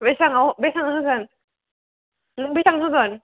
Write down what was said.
बेसेबाङाव बेसेबां होगोन नों बेसेबां होगोन